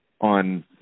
on